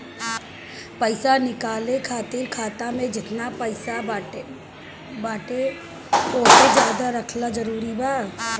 पईसा निकाले खातिर खाता मे जेतना पईसा बाटे ओसे ज्यादा रखल जरूरी बा?